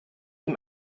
ihm